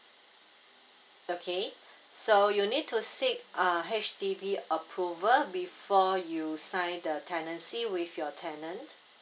okay so you need to seek uh H_D_B approval before you sign the tenancy with your tenant